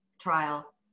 trial